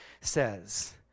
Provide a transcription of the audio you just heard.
says